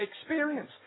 experience